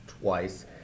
twice